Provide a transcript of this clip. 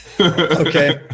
Okay